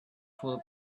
full